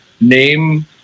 name